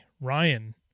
Ryan